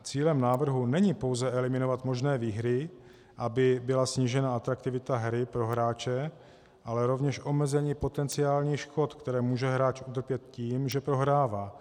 Cílem návrhu není pouze eliminovat možné výhry, aby byla snížena atraktivita hry pro hráče, ale rovněž omezení potenciálních škod, které může hráč utrpět tím, že prohrává.